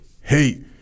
hey